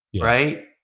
right